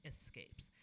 escapes